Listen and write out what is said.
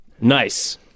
Nice